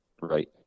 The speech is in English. Right